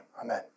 amen